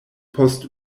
post